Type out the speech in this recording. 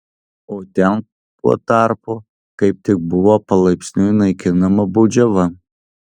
o ten tuo tarpu kaip tik buvo palaipsniui naikinama baudžiava